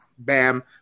Bam